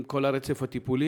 עם כל עניין הרצף הטיפולי.